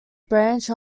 branch